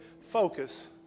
focus